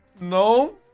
No